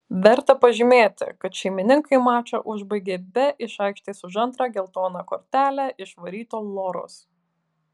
verta pažymėti kad šeimininkai mačą užbaigė be iš aikštės už antrą geltoną kortelę išvaryto loros